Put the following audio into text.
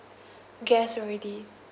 guest already